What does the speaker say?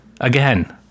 Again